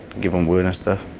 give em wood and stuff,